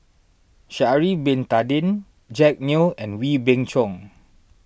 Sha'ari Bin Tadin Jack Neo and Wee Beng Chong